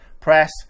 Press